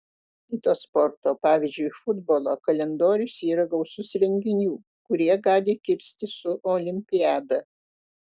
kito sporto pavyzdžiui futbolo kalendorius yra gausus renginių kurie gali kirstis su olimpiada